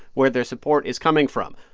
where their support is coming from.